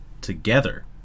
together